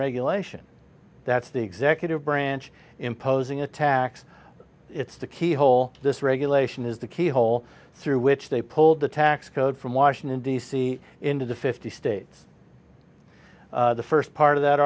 regulation that's the executive branch imposing a tax it's the keyhole this regulation is the key hole through which they pull the tax code from washington d c into the fifty states the first part of that